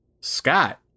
scott